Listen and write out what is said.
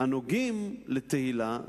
הנוגעים לתהיל"ה,